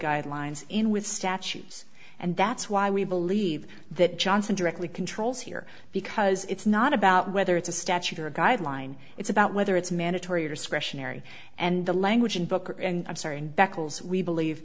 guidelines in with statues and that's why we believe that johnson directly controls here because it's not about whether it's a statute or a guideline it's about whether it's mandatory or discretionary and the language in booker and i'm sorry in be